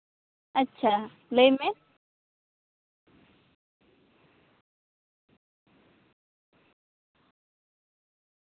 ᱟᱪᱪᱷᱟ ᱞᱟᱹᱭ ᱢᱮ